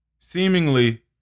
seemingly